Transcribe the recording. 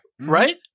Right